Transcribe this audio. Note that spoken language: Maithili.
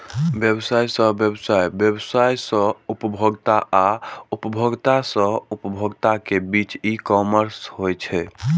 व्यवसाय सं व्यवसाय, व्यवसाय सं उपभोक्ता आ उपभोक्ता सं उपभोक्ता के बीच ई कॉमर्स होइ छै